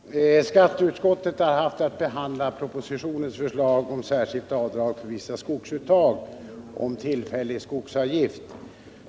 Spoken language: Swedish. Herr talman! Skatteutskottet har haft att behandla propositionens förslag om särskilt avdrag för vissa skogsuttag och lag om tillfällig skogsavgift.